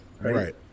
right